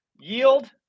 yield